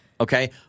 okay